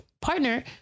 partner